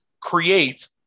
create